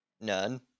None